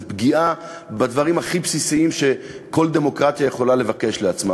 זה פגיעה בדברים הכי בסיסיים שכל דמוקרטיה יכולה לבקש לעצמה.